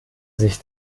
sich